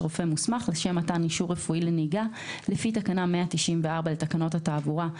רופא מוסמך לשם מתן אישור רפואי לנהיגה לפי תקנה 194 לתקנות התעבורה,